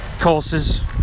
courses